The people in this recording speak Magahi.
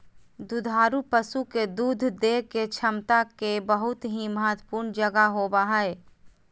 दुधारू पशु के दूध देय के क्षमता के बहुत ही महत्वपूर्ण जगह होबय हइ